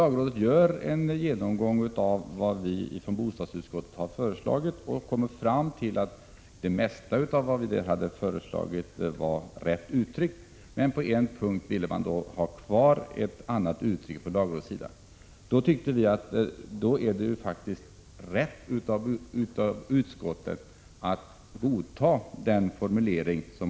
Lagrådet gjorde en genomgång av bostadsutskottets förslag och kom fram till att det mesta var riktigt, men lagrådet ville ha ett annat uttryck. Enligt vår mening var det då riktigt att godta den av lagrådet föreslagna formuleringen.